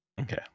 Okay